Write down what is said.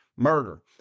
murder